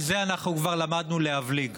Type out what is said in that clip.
על זה אנחנו כבר למדנו להבליג.